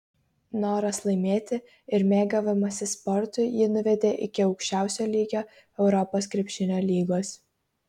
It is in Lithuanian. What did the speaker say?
noras laimėti ir mėgavimasis sportu jį nuvedė iki aukščiausio lygio europos krepšinio lygos